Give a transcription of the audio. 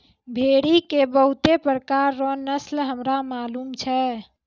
भेड़ी के बहुते प्रकार रो नस्ल हमरा मालूम छै